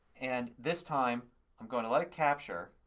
and this time i'm going to let it capture